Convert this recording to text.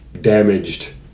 damaged